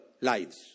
lives